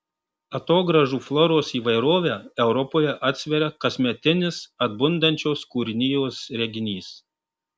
atogrąžų floros įvairovę europoje atsveria kasmetinis atbundančios kūrinijos reginys